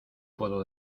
puedo